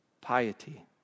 piety